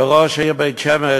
וראש העיר בית-שמש,